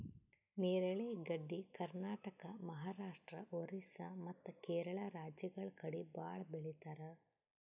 ನೇರಳೆ ಗಡ್ಡಿ ಕರ್ನಾಟಕ, ಮಹಾರಾಷ್ಟ್ರ, ಓರಿಸ್ಸಾ ಮತ್ತ್ ಕೇರಳ ರಾಜ್ಯಗಳ್ ಕಡಿ ಭಾಳ್ ಬೆಳಿತಾರ್